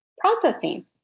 processing